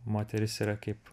moteris yra kaip